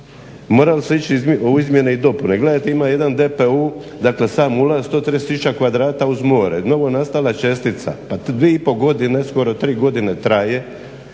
Morali su ići u izmjene i dopune. Gledajte ima jedan DPU, dakle sam ulaz 130 tisuća kvadrata uz more, novonastala čestica. Pa dvije i pol godine, skoro tri godine traje